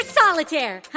solitaire